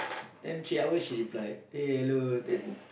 then three hours she replied eh hello then